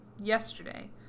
yesterday